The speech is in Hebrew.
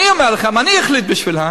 אני אומר לכם שאני אחליט בשבילם